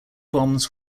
bombs